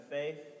faith